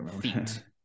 feet